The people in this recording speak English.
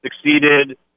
succeeded